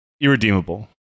Irredeemable